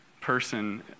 person